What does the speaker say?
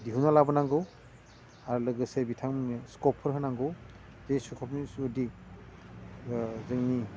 दिहुनना लाबोनांगौ आरो लोगोसे बिथांमोननो स्कपफोर होनांगौ जि स्कपनि जुदि जोंनि